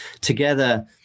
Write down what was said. together